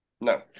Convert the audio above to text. No